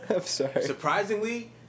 Surprisingly